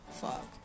Fuck